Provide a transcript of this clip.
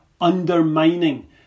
undermining